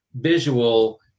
visual